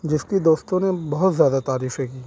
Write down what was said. جس کی دوستوں نے بہت زیادہ تعریفیں کیں